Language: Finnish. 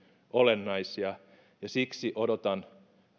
olennaista ja ja siksi odotan